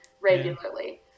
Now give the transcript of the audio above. regularly